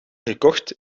gekocht